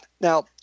Now